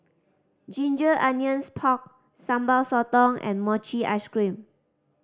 ginger onions pork Sambal Sotong and mochi ice cream